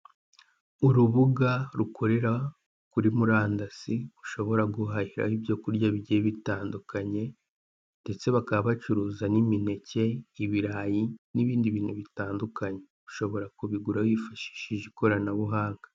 Urubuga rukorera kuri murandasi, ushobora guhahiraho ibyo kurya bigiye bitandukanye ndetse bakaba bacuruza n'imineke, ibirayi n'ibindi bintu bitandukanye, ushobora kubigura wifashishije ikoranabuhanga.